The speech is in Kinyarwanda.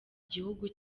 gihugu